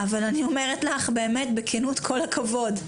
אבל אני אומרת לך באמת, בכנות, כל הכבוד.